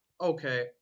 okay